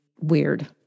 weird